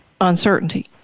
Uncertainty